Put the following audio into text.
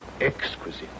Exquisite